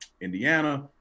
Indiana